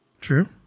True